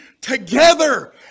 together